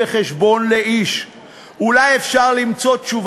החקירה, אי-אפשר לתעד את